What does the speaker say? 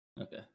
Okay